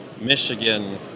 Michigan